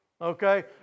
Okay